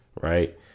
right